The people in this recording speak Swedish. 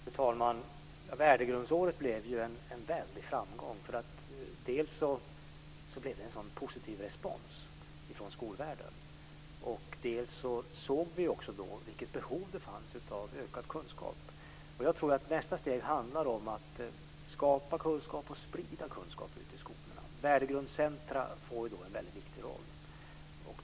Fru talman! Värdegrundsåret blev en väldig framgång. Dels blev det en så positiv respons från skolvärlden, dels såg vi vilket behov det fanns av ökad kunskap. Nästa steg handlar om att skapa kunskap och sprida kunskap i skolorna. Värdegrundscentrum får då en viktig roll.